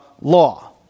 law